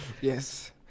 Yes